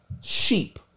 sheep